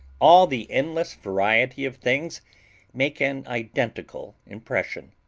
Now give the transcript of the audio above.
all the endless variety of things make an identical impression.